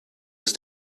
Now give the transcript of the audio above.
ist